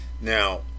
Now